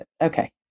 okay